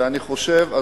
ואני חושב,